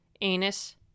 anus